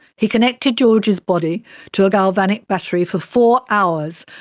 he connected george's body to a galvanic battery for four hours,